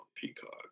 Peacock